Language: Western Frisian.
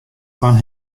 fan